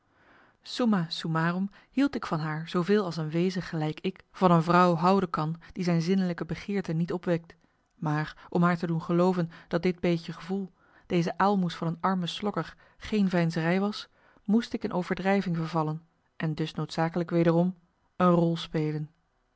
summarum hield ik van haar zooveel als een wezen gelijk ik van een vrouw houden kan die zijn zinnelijke begeerte niet opwekt maar om haar te doen gelooven dat dit beetje gevoel deze aalmoes van een arme slokker geen veinzerij was moest ik in overdrijving vervallen en dus noodzakelijk wederom een rol spelen